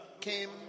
came